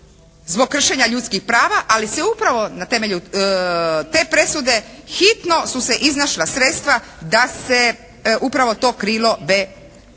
zbog kršenja ljudskih prava ali se upravo na temelju te presude hitno su se iznašla sredstva da se upravo to krilo B renovira.